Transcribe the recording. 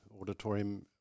auditorium